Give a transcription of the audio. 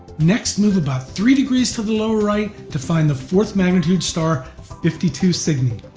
next move about three degrees to the lower right to find the fourth magnitude star fifty two cygni.